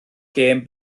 gêm